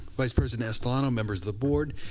vice president estolano, members of the board,